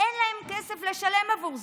אין להם כסף לשלם עבור זה,